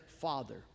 father